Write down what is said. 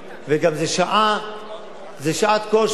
וזו גם שעת כושר.